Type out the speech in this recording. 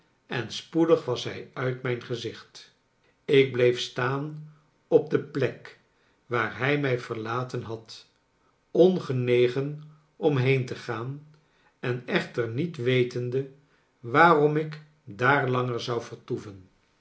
en spoedig was hij uit mijn gezicht ik bleef staan op de plek waar hij mij verlaten had ongenegen om heen te gaan en echter niet wetende waarom ik daar langer zou vertoeven